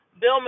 Bill